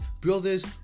brothers